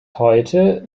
heute